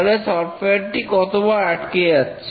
তাহলে সফটওয়্যারটি কতবার আটকে যাচ্ছে